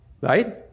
right